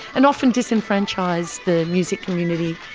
and often disenfranchise the music community,